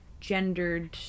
gendered